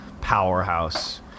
powerhouse